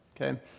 okay